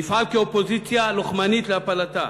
נפעל כאופוזיציה לוחמנית להפלתה.